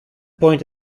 point